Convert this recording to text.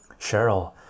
Cheryl